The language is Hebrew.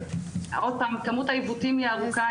כמות העיוותים גדולה.